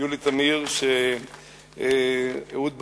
יולי תמיר, שאהוד ברק,